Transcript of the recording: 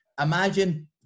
Imagine